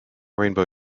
rainbow